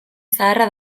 zaharra